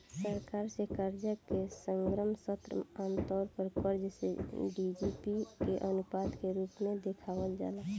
सरकार से कर्जा के समग्र स्तर आमतौर पर कर्ज से जी.डी.पी के अनुपात के रूप में देखावल जाला